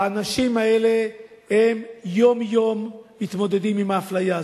האנשים האלה יום-יום מתמודדים עם האפליה הזאת,